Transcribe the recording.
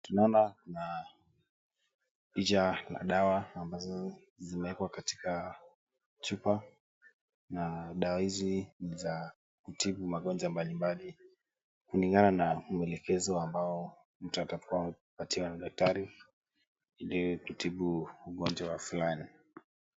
Tunaona kuna picha ya dawa ambazo zimeekwa katika chupa, na dawa hizi ni za kutibu magonjwa mbalimbali kulingana na maelekezo ambayo mtu atapewa na daktari ili kutibu ugonjwa fulani.